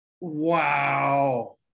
Wow